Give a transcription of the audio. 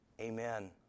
amen